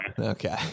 okay